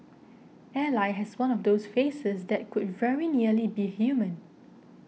Ally has one of those faces that could very nearly be human